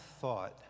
thought